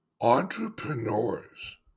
Entrepreneurs